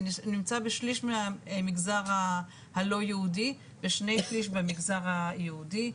זה נמצא בשליש מהמגזר הלא יהודי ושני שליש במגזר היהודי.